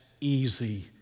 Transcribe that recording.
easy